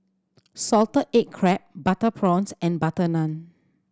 salted egg crab butter prawns and butter naan